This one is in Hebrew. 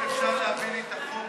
אם אפשר להביא לי את החוק,